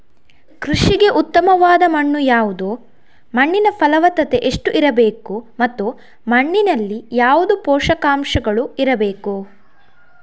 ಕೃಷಿಗೆ ಉತ್ತಮವಾದ ಮಣ್ಣು ಯಾವುದು, ಮಣ್ಣಿನ ಫಲವತ್ತತೆ ಎಷ್ಟು ಇರಬೇಕು ಮತ್ತು ಮಣ್ಣಿನಲ್ಲಿ ಯಾವುದು ಪೋಷಕಾಂಶಗಳು ಇರಬೇಕು?